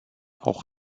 auch